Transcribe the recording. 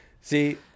See